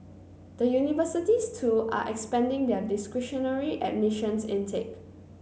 the universities too are expanding their discretionary admissions intake